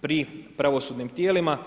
pri pravosudnim tijelima.